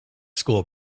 school